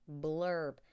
Blurb